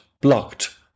blocked